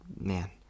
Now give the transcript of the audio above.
man